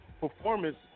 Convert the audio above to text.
performance